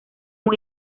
muy